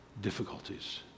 difficulties